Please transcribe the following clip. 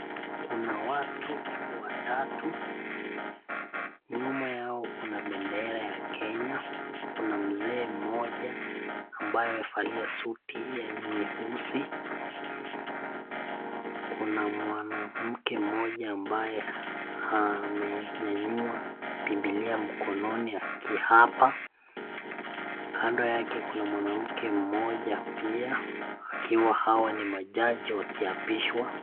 Kuna watu watatu, nyuma yao kuna bendera ya kenya kuna mzee mmoja ambaye amevalia suti ya nyeusi kuna mwanamke mmoja ambaye amenyenyua bibilia mkononi akiapa kando yake kuna mwanake mmoja pia akiwa hawa ni majaji wakiapishwa.